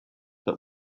but